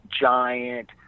giant